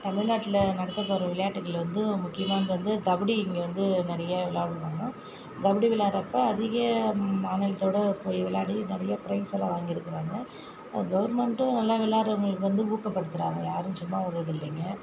தமிழ்நாட்டில் நடத்தப்படுகிற விளையாட்டுக்கள் வந்து முக்கியமானது வந்து கபடி இங்கே வந்து நிறைய விளையாடுவாங்க கபடி விளையாடுகிறப்ப அதிக மாநிலத்தோடய விளையாடி நெறைய ப்ரைஸெல்லாம் வாங்கியிருக்கிறாங்க அது கவுர்மெண்ட்டும் நல்லா விளையாடுகிறவங்களுக்கு வந்து ஊக்கப்படுத்துகிறாங்க யாரும் சும்மா விட்றதில்லிங்க